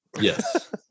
Yes